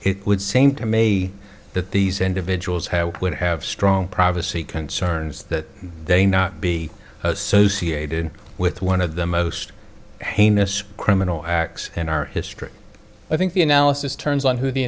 it would seem to may that these individuals have would have strong privacy concerns that they not be associated with one of the most heinous criminal acts in our history i think the analysis turns on who the